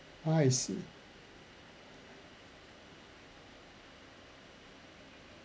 ah I see